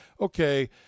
okay